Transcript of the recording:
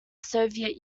soviet